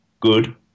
good